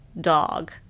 dog